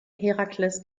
herakles